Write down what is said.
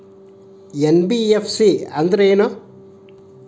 NBFC ಅಂದ್ರೇನು?